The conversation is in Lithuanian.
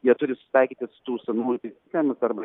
jie turi susitaikyti su tų senųjų taisyklėmis arba